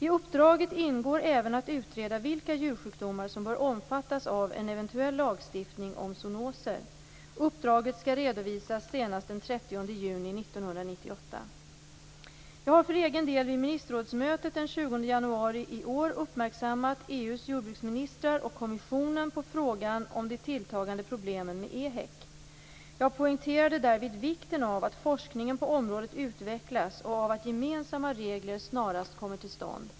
I uppdraget ingår även att utreda vilka djursjukdomar som bör omfattas av en eventuell lagstiftning om zoonoser. Uppdraget skall redovisas senast den 30 Jag har för egen del vid ministerrådsmötet den 20 januari i år uppmärksammat EU:s jordbruksministrar och kommissionen på frågan om de tilltagande problemen med EHEC. Jag poängterade därvid vikten av att forskningen på området utvecklas och av att gemensamma regler snarast kommer till stånd.